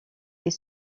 est